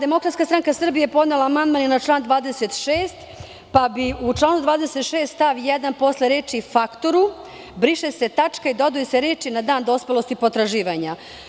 Demokratska stranka Srbije podnela je amandman i na član 26, pa se u članu 26. stav 1. posle reči: "faktoru" briše tačka i dodaju reči: "na dan dospelosti potraživanja"